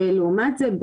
שלעומת זה,